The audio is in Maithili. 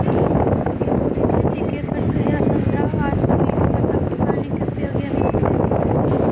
गेंहूँ केँ खेती केँ प्रक्रिया समझाउ आ संगे ईहो बताउ की पानि केँ की उपयोग छै गेंहूँ केँ खेती में?